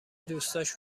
دوستاش